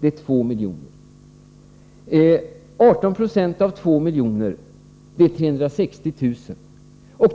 Det blir alltså 2 miljoner. 18 26 av 2 miljoner är 360 000.